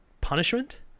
punishment